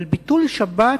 על ביטול שבת,